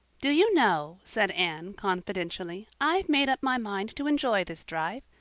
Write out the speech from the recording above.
do you know, said anne confidentially, i've made up my mind to enjoy this drive.